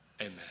Amen